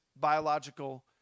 biological